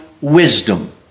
wisdom